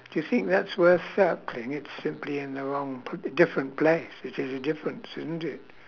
you think that's worth circling it's simply in a wrong p~ different place which is a difference isn't it